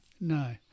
no